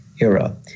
era